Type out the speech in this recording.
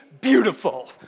beautiful